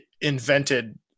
invented